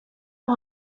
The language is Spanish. los